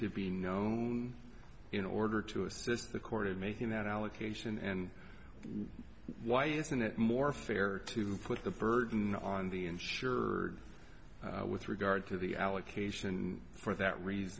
to be known in order to assist the court in making that allocation and why isn't it more fair to put the burden on the insured with regard to the allocation for that reason